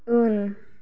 उन